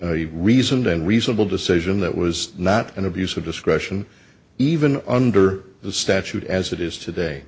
reasoned and reasonable decision that was not an abuse of discretion even under the statute as it is today